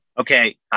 Okay